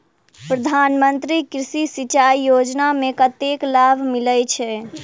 प्रधान मंत्री कृषि सिंचाई योजना मे कतेक लाभ मिलय छै?